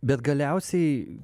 bet galiausiai